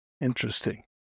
Interesting